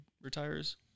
retires